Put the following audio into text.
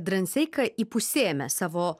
dranseika įpusėjome savo